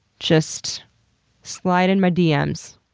just slide in my dms.